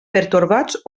pertorbats